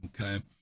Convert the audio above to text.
okay